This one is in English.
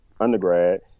undergrad